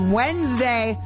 wednesday